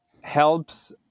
helps